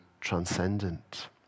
transcendent